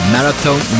Marathon